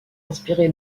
inspiré